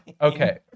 Okay